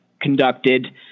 conducted